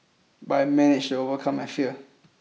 but I managed to overcome my fear